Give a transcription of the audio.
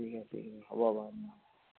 ঠিক আছে ঠিক আছে হ'ব বাৰু